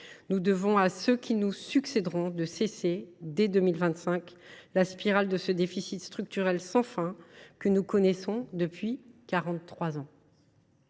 Nous devons à ceux qui nous succéderont de briser dès 2025 la spirale du déficit structurel sans fin que nous connaissons depuis quarante